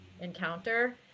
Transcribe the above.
encounter